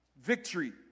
Victory